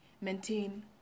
maintain